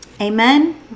Amen